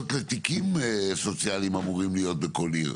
לתיקים סוציאליים אמורים להיות בכל עיר,